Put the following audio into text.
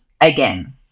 again